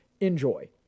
Enjoy